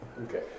Okay